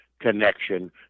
connection